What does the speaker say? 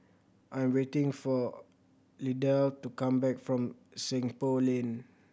I am waiting for Idell to come back from Seng Poh Lane